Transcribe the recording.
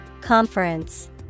Conference